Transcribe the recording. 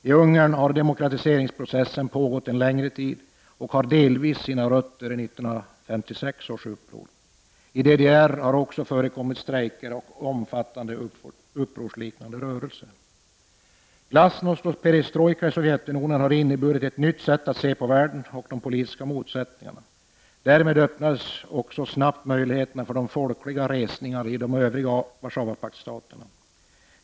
I Ungern har demokratiseringsprocessen pågått en längre tid och har delvis sina rötter i 1956 års uppror. I DDR har också förekommit strejker och omfattande upprorsliknande rörelser. Glasnost och perestrojka i Sovjetunionen har inneburit ett nytt sätt att se på världen och de politiska motsättningarna. Därmed öppnades också snabbt möjligheterna för de folkliga resningarna i de övriga Warszawapaktsstaterna.